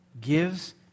gives